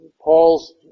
Paul's